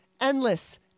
endless